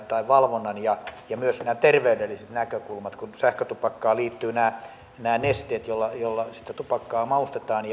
tai valvonnan ja ja myös nämä terveydelliset näkökulmat kun sähkötupakkaan liittyvät nämä nämä nesteet joilla sitä tupakkaa maustetaan